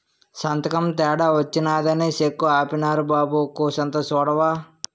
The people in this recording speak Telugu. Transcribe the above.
సంతకం తేడా వచ్చినాదని సెక్కు ఆపీనారు బాబూ కూసంత సూడవా